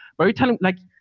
very telling, like,